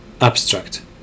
Abstract